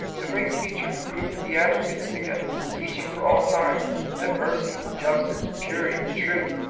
the great teacher who grouped the beatitudes together, teaching for all time that mercy, justice, purity, truth,